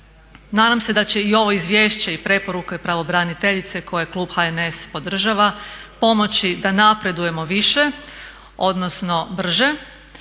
Nadam se da će i ovo izvješće i preporuke pravobraniteljice koje klub HNS podržava pomoći da napredujemo više odnosno brže